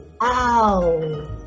OW